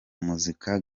muzika